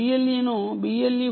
మళ్ళీ నేను BLE 4